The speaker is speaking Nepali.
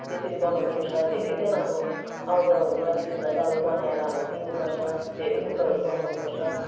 त्यसरी बनाउनुपर्छ धेरैजना अब आउजाउ हुन्छ त्यतिबेला चाहिँ अब बनाएर हामी दिनुपर्छ धेरै कुरोहरू बनाउनुपर्छ